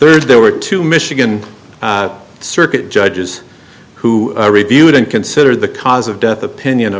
third there were two michigan circuit judges who reviewed and considered the cause of death opinion of